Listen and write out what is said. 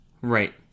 Right